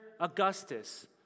Augustus